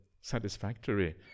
satisfactory